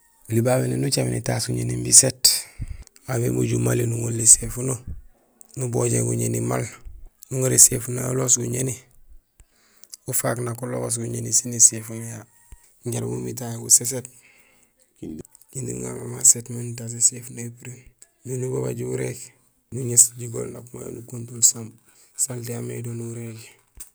Oli babé nang ucaméén étaas guñéni imbi guséét, aw bémojul mali, nuŋorul éséfuno, nubojéén guñéni maal nuŋaar éséfuno yayu uloos guñéni ufaak ank ulogoos buñéni sén éséfuno ya jaraam umi tahé gu séséét kinding uŋa maal ma séét mé nutaas éséfuno yi upuréén; imbi nubabaaj uwuréék, nuŋéés jigool nak uŋa yo nukontul salté yaamé do nuwurégi.